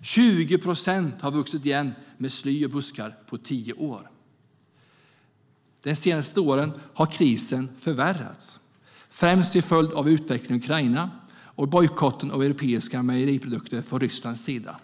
20 procent har vuxit igen med sly och buskar på tio år. De senaste åren har krisen förvärrats, främst till följd av utvecklingen i Ukraina och bojkotten av europeiska mejeriprodukter från Rysslands sida.